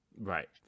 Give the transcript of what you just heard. Right